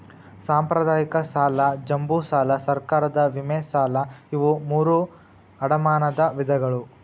ಸಾಂಪ್ರದಾಯಿಕ ಸಾಲ ಜಂಬೂ ಸಾಲಾ ಸರ್ಕಾರದ ವಿಮೆ ಸಾಲಾ ಇವು ಮೂರೂ ಅಡಮಾನದ ವಿಧಗಳು